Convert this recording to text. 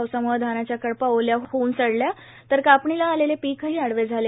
पावसाम्ळं धानाच्या कडपा ओल्या होऊन सडल्या तर कापणीला आलेले पीकही आडवे झाले